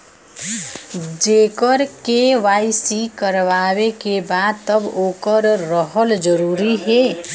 जेकर के.वाइ.सी करवाएं के बा तब ओकर रहल जरूरी हे?